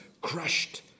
crushed